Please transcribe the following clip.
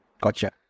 Gotcha